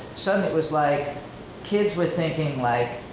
suddenly it was like kids were thinking, like